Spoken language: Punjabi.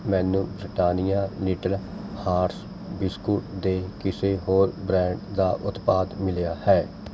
ਮੈਨੂੰ ਬ੍ਰਿਟਾਨੀਆ ਲਿਟਲ ਹਾਰਟਸ ਬਿਸਕੁਟ ਦੇ ਕਿਸੇ ਹੋਰ ਬ੍ਰਾਂਡ ਦਾ ਉਤਪਾਦ ਮਿਲਿਆ ਹੈ